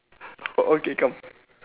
oh okay come